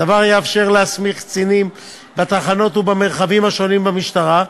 הדבר יאפשר להסמיך קצינים בתחנות ובמרחבים השונים במשטרה,